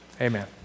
Amen